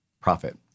profit